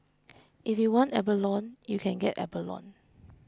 if you want abalone you can get abalone